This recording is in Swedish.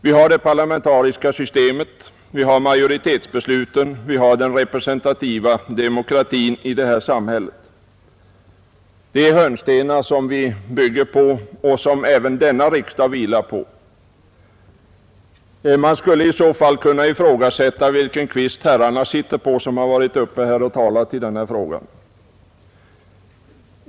Vi har det parlamentariska systemet, vi har majoritetsbesluten, vi har den representativa demokratin i detta samhälle. Det är hörnstenar som vi bygger på och som även denna riksdag vilar på. Man skulle kunna fråga vilken kvist herrarna själva sitter på.